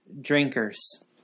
drinkers